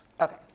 Okay